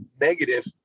negative